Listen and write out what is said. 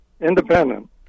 Independent